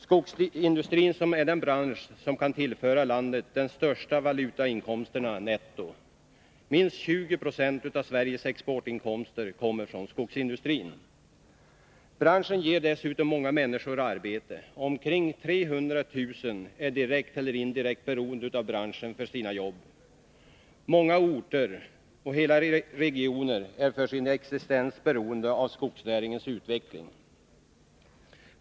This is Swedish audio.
Skogsindustrin är den bransch som netto kan tillföra landet de största valutainkomsterna. Minst 20 96 av Sveriges exportinkomster kommer från skogsindustrin. Branschen ger dessutom många människor arbete. Omkring 300 000 är direkt eller indirekt beroende av branschen för sina jobb. Många orter och hela regioner är för sin existens beroende av skogsnäringens utveckling.